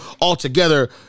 Altogether